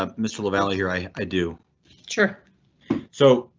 um mr lavalley here i i do sure so.